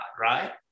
right